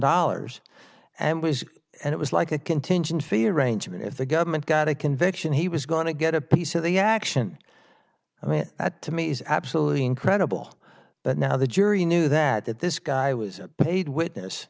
dollars and was and it was like a contingent fee arrangement if the government got a conviction he was going to get a piece of the action i mean that to me is absolutely incredible but now the jury knew that that this guy was a paid witness